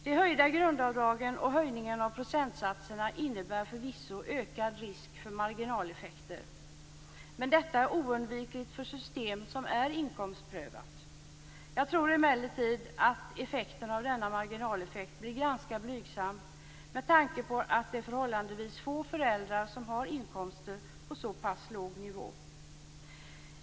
Det höjda grundavdraget och höjningen av procentsatserna innebär förvisso ökad risk för marginaleffekter, men detta är oundvikligt för ett stöd som är inkomstprövat. Jag tror emellertid att effekterna av denna marginaleffekt blir ganska blygsamma, med tanke på att det är förhållandevis få föräldrar som har inkomster på så pass lågt nivå.